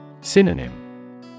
Synonym